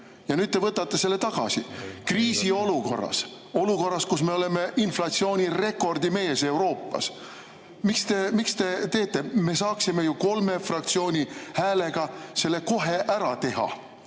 ja nüüd te võtate selle tagasi, kriisiolukorras, olukorras, kus me oleme inflatsiooni rekordimees Euroopas. Miks te nii teete? Me saaksime ju kolme fraktsiooni häältega selle kohe ära teha.